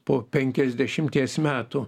po penkiasdešimties metų